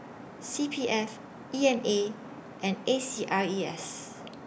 C P F E M A and A C R E S